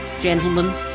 Gentlemen